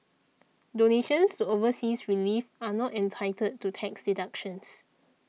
donations to overseas relief are not entitled to tax deductions